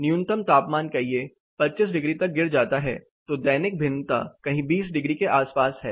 न्यूनतम तापमान कहिए 25 डिग्री तक गिर जाता है तो दैनिक भिन्नता कहीं 20 डिग्री के आसपास है